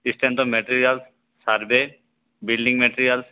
strength of materials survey building materials